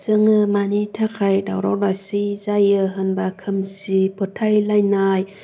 जोङो मानि थाखाय दावराव दावसि जायो होनबा खोमसि फोथायलायनाय